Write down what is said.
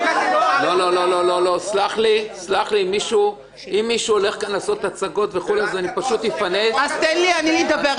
אם מישהו הולך לעשות פה הצגות אני פשוט אפנה -- ס': אז תן לי לדבר.